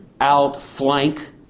outflank